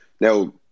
Now